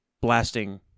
blasting